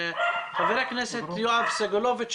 חבר הכנסת יואב סגלוביץ,